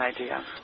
idea